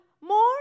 more